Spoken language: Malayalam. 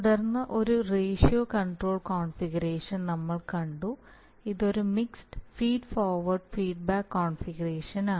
തുടർന്ന് ഒരു റേഷ്യോ കൺട്രോൾ കോൺഫിഗറേഷൻ നമ്മൾ കണ്ടു ഇത് ഒരു മിക്സഡ് ഫീഡ് ഫോർവേഡ് ഫീഡ്ബാക്ക് കോൺഫിഗറേഷനാണ്